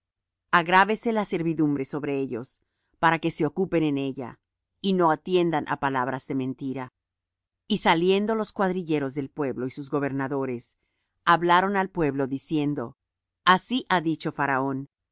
agrávese la servidumbre sobre ellos para que se ocupen en ella y no atiendan á palabras de mentira y saliendo los cuadrilleros del pueblo y sus gobernadores hablaron al pueblo diciendo así ha dicho faraón